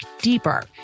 deeper